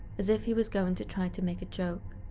as if he was going to try to make a joke.